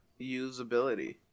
usability